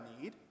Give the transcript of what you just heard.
need